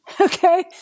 okay